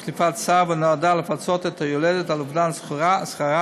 שנועדה לפצות את היולדת על אובדן שכרה